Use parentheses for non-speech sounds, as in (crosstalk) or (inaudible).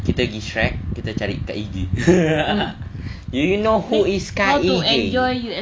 kita pergi shrek kita cari kaige (laughs) do you know who is kaige